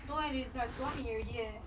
no eh they like don't want meet already eh